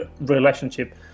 relationship